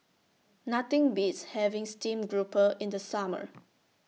Nothing Beats having Steamed Grouper in The Summer